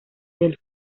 del